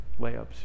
layups